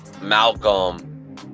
Malcolm